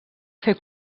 fer